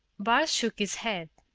bart shook his head.